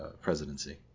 presidency